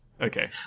Okay